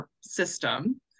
system